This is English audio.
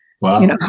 Wow